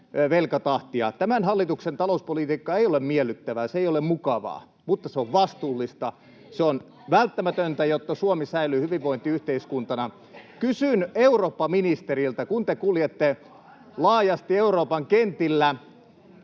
Tämän hallituksen talouspolitiikka ei ole miellyttävää, se ei ole mukavaa, [Li Andersson: Kenelle?] mutta se on vastuullista, se on välttämätöntä, jotta Suomi säilyy hyvinvointiyhteiskuntana. Kysyn eurooppaministeriltä, [Aki Lindénin välihuuto] kun te kuljette laajasti Euroopan kentillä: